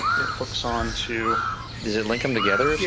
it hooks onto does it link them together or